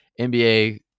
NBA